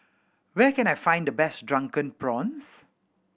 where can I find the best Drunken Prawns